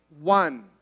one